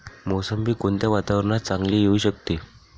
मोसंबी कोणत्या वातावरणात चांगली येऊ शकते?